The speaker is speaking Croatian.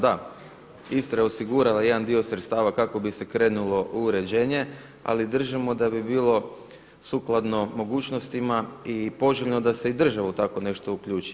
Da, Istra je osigurala jedan dio sredstava kako bi se krenulo u uređenje ali držimo da bi bilo sukladno mogućnostima i poželjno da se i državu u tako nešto uključi.